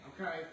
okay